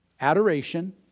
Adoration